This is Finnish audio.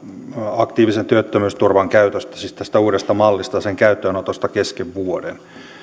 aktiivisen työttömyysturvan käytöstä siis tästä uudesta mallista sen käyttöönotosta kesken vuoden